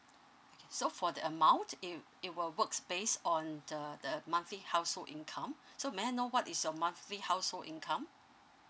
okay so for the amount it it will works based on the the monthly household income so may I know what is your monthly household income